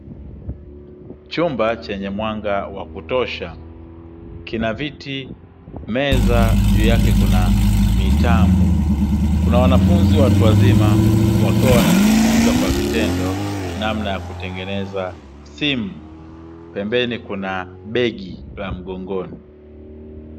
Chumba chenye mwanga wa kutosha, kina viti, meza, juu yake kuna mitambo, kuna wanafunzi watu wazima wakiwa wanajifunza kwa vitendo namna ya kutengeneza simu, pembeni kuna begi la mgongoni.